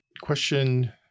question